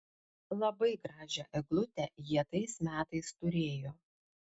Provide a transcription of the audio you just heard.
labai gražią eglutę jie tais metais turėjo